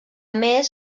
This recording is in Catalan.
més